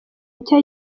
nshya